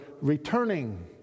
returning